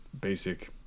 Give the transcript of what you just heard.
basic